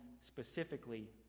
specifically